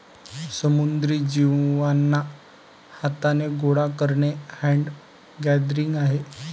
समुद्री जीवांना हाथाने गोडा करणे हैंड गैदरिंग आहे